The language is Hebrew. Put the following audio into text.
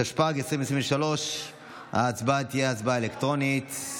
התשפ"ג 2023. ההצבעה תהיה הצבעה אלקטרונית.